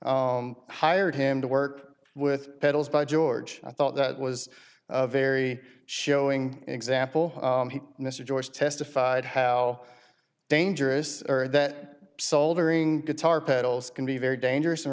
hired him to work with pedals by george i thought that was a very showing example mr joyce testified how dangerous are that soldiering guitar pedals can be very dangerous and